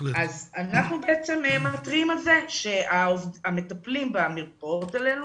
אנחנו מתריעים על זה שהמטפלים במרפאות הללו,